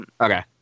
Okay